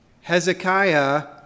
Hezekiah